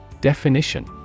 Definition